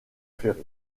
ferry